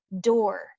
door